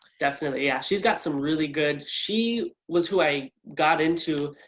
definitely, yeah. she's got some really good. she was who i got into,